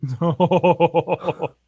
No